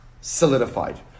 solidified